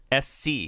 SC